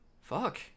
Fuck